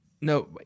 No